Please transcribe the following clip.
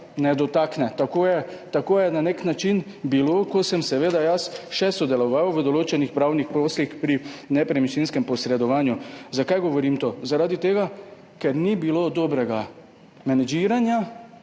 ne dotakne. Tako je bilo na nek način, ko sem jaz še sodeloval v določenih pravnih poslih pri nepremičninskem posredovanju. Zakaj govorim to? Zaradi tega, ker ni bilo dobrega menedžiranja,